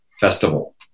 festival